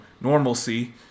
normalcy